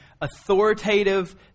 authoritative